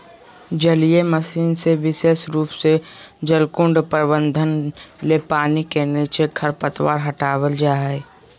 जलीय मशीन जे विशेष रूप से जलकुंड प्रबंधन ले पानी के नीचे खरपतवार हटावल जा हई